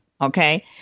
Okay